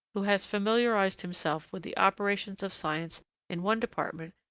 who has familiarised himself with the operations of science in one department,